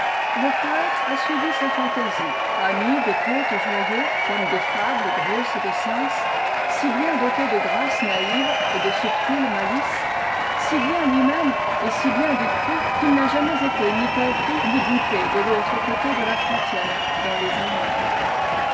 le poète a suivi sa fantaisie ami des contes joyeux comme des fables grosses de sens si bien doté de grâce naïve et de subtile malice si bien lui-même et si bien du crû qu'il n'a jamais été ni compris ni goûté de l'autre côté de la frontière dans les allemagnes